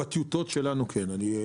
בטיוטות שלנו כן.